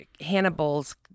Hannibal's